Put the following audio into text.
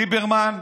ליברמן.